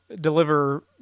deliver